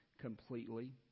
completely